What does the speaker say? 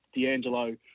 D'Angelo